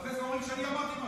ואחר כך אומרים שאני אמרתי משהו.